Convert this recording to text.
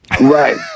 Right